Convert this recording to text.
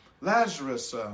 Lazarus